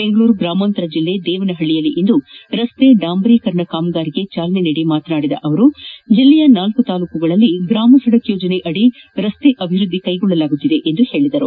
ಬೆಂಗಳೂರು ಗ್ರಾಮಾಂತರ ಜಿಲ್ಲೆ ದೇವನಹಳ್ಳಯಲ್ಲಿಂದು ರಸ್ತೆ ಡಾಂಬರೀಕರಣ ಕಾಮಗಾರಿಗೆ ಜಾಲನೆ ನೀಡಿ ಮಾತನಾಡಿದ ಅವರು ಜಿಲ್ಲೆಯ ನಾಲ್ಕು ತಾಲೂಕುಗಳಲ್ಲಿ ಗ್ರಾಮ ಸಡಕ್ ಯೋಜನೆಯಡಿ ರಸ್ತೆ ಅಭಿವೃದ್ಧಿ ಕೈಗೊಳಲಾಗುತ್ತಿದೆ ಎಂದು ಹೇಳದರು